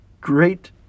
great